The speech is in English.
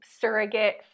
surrogate